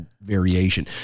variation